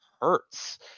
hurts